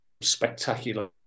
spectacular